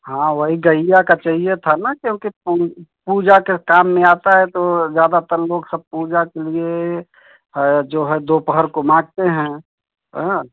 हाँ वही गैया का चहिए था ना क्योंकि पू पूजा के काम में आता है तो ज्यादातर लोग सब पूजा के लिए जो है दोपहार को माँगते है अ ह